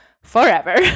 forever